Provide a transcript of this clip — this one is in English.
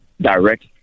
direct